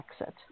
exit